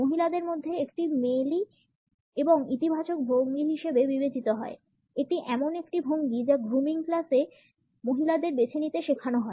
মহিলাদের মধ্যে এটি একটি মেয়েলি এবং ইতিবাচক ভঙ্গি হিসাবে বিবেচিত হয় এটি এমন একটি ভঙ্গি যা গ্রুমিং ক্লাসে মহিলাদের বেছে নিতে শেখানো হয়